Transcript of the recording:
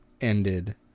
ended